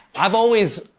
i've always,